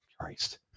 Christ